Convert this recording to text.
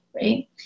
right